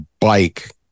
bike